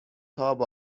تاب